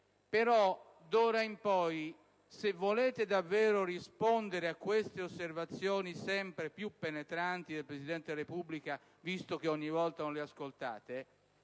D'ora in poi, però, se volete davvero rispondere a queste osservazioni sempre più penetranti del Presidente della Repubblica, visto che ogni volta non le ascoltate,